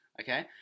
Okay